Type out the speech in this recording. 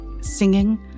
Singing